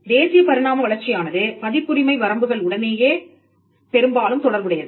தேசிய பரிணாம வளர்ச்சியானது பதிப்புரிமை வரம்புகள் உடனேயே பெரும்பாலும் தொடர்புடையது